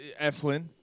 Eflin